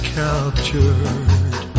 captured